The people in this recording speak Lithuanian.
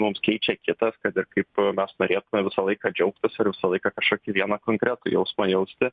mums keičia kitas kad ir kaip mes norėtume visą laiką džiaugtis ir visą laiką kažkokį vieną konkretų jausmą jausti